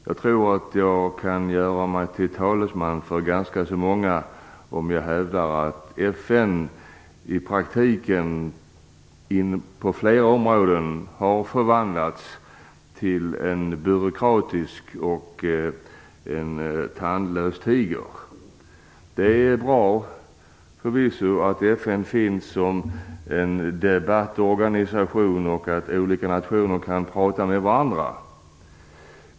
Jag tror att jag kan göra mig till talesman för ganska många om jag hävdar att FN i praktiken på flera områden har förvandlats till en byråkratisk och tandlös tiger. Det är förvisso bra att FN finns som en debattorganisation så att olika nationer kan prata med varandra.